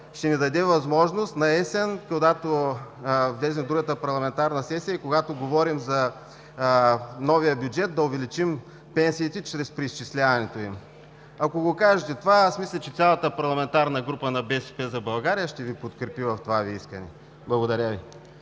в другата парламентарна сесия и когато говорим за новия бюджет, да увеличим пенсиите чрез преизчисляването им.“ Ако кажете това, мисля, че цялата парламентарна група на „БСП за България“ ще Ви подкрепи в това Ви искане. Благодаря Ви.